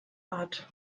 art